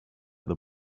that